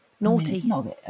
naughty